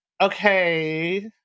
okay